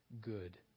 good